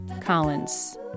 Collins